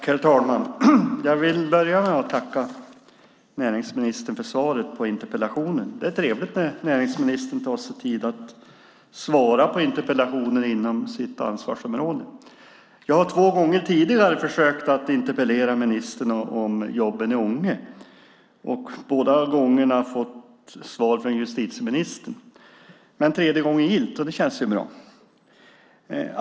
Herr talman! Jag vill börja med att tacka näringsministern för svaret på interpellationen. Det är trevligt när näringsministern tar sig tid att svara på interpellationer inom sitt ansvarsområde. Jag har två gånger tidigare försökt att interpellera ministern om jobben i Ånge. Båda gångerna har jag fått svar från justitieministern. Tredje gången gillt! Det känns ju bra.